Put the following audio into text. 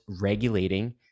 regulating